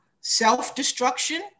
self-destruction